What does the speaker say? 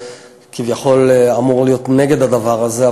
וכביכול אמור להיות נגד הדבר הזה,